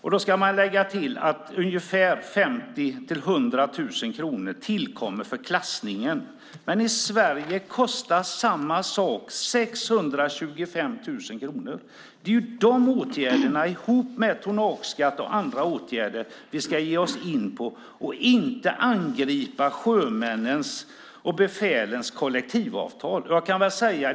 Man ska lägga till att ungefär 50 000-100 000 kronor tillkommer för klassningen. Men i Sverige kostar samma sak 625 000 kronor! Det är här man måste vidta åtgärder, ihop med tonnageskatt och annat. Det är detta vi ska ge oss in på, inte att angripa sjömännens och befälens kollektivavtal.